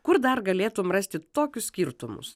kur dar galėtum rasti tokius skirtumus